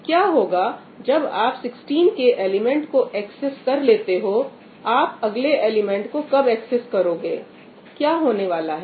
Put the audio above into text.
क्या होगा जब आप 16 K एलिमेंट को एक्सेस कर लेते हो आप अगले एलिमेंट को कब एक्सेस करोगे क्या होने वाला है